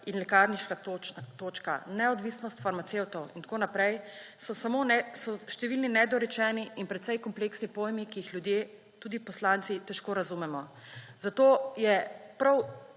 in lekarniška točka, neodvisnost farmacevtov in tako naprej so številni nedorečeni in precej kompleksni pojmi, ki jih ljudje, tudi poslanci, težko razumemo. Zato je prav